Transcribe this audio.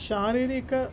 शारीरकं